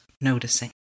noticing